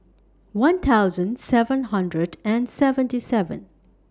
one thousand seven hundred and seventy seven